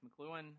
McLuhan